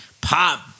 pop